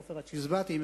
ספר הצ'יזבטים,